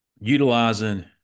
utilizing